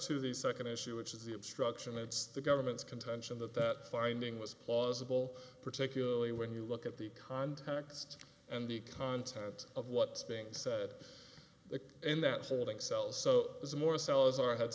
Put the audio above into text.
to the second issue which is the obstruction it's the government's contention that that finding was plausible particularly when you look at the context and the content of what being said in that holding cell so as more cells are had